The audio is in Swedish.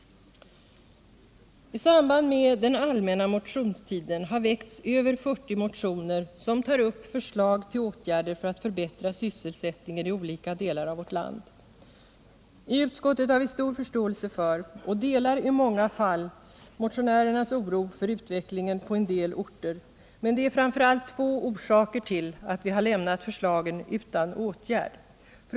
I samband med den allmänna motionstiden har väckts över 40 motioner som tar upp förslag till åtgärder för att förbättra sysselsättningen i olika delar av vårt land. I utskottet har vi stor förståelse för och delar i många fall motionärernas oro för utvecklingen på en del orter, men det är framför allt två orsaker till att vi lämnat förslagen utan åtgärder.